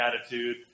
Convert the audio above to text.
attitude